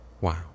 Wow